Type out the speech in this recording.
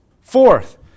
Fourth